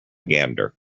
gander